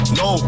no